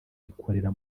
ikorera